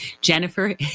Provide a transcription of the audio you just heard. Jennifer